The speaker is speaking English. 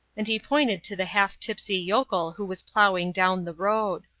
and he pointed to the half-tipsy yokel who was ploughing down the road.